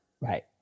Right